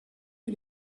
que